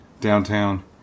downtown